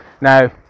Now